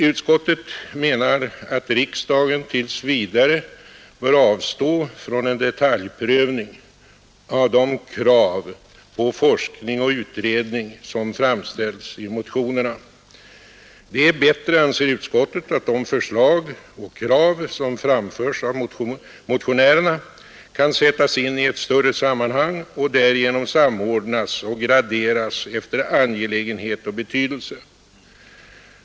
Utskottet menar att riksdagen tills vidare bör avstå från en detaljprövning av de krav på forskning och utredning som framställts i motionerna. Det är bättre, anser utskottet, att de förslag och krav som framförts av motionärerna kan sättas in i ett större sammanhang och därigenom samordnas och graderas efter angelägenhet och betydelse.